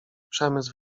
przemysł